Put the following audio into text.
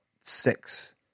six